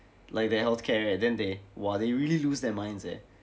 like their healthcare right then they !wah! they really lose their minds eh